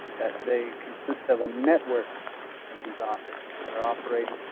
that they consist of a network of these objects that are operating